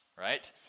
right